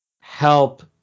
help